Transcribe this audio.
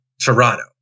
Toronto